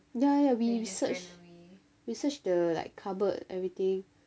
ya ya ya we search we search the like cupboard everything